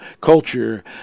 culture